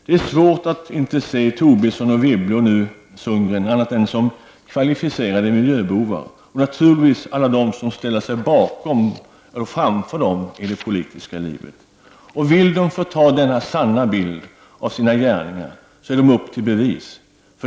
Jag har svårt att inte se Tobisson, Wibble och Sundgren annat än som kva lificerade miljöbovar, och likaså naturligtvis alla de som ställer sig bakom eller framför dem i det politiska livet. Vill de förta denna sanna bild av sina gärningar, skall de upp till bevis.